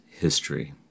history